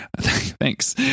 thanks